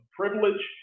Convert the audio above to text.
privilege